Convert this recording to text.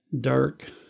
dark